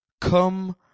Come